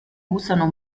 usano